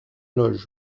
loge